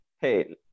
hey